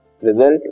Result